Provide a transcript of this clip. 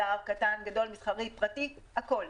זר, קטן, גדול, מסחרי, פרטי, הכול.